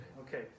okay